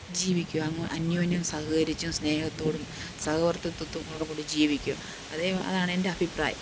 ജീവിക്കുക അന്യോന്യം സഹകരിച്ചും സ്നേഹത്തോടും സഹവർത്തിത്തത്തോടും കൂടി ജീവിക്കുക അതേ അതാണെൻ്റെ അഭിപ്രായം